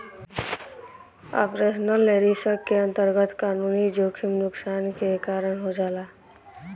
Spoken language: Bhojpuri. ऑपरेशनल रिस्क के अंतरगत कानूनी जोखिम नुकसान के कारन हो जाला